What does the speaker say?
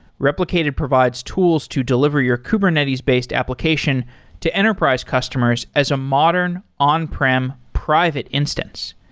replicated provides tools to deliver your kubernetes-based application to enterprise customers as a modern on prem private instance.